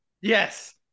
Yes